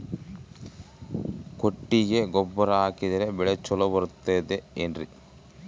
ಕೊಟ್ಟಿಗೆ ಗೊಬ್ಬರ ಹಾಕಿದರೆ ಬೆಳೆ ಚೊಲೊ ಬರುತ್ತದೆ ಏನ್ರಿ?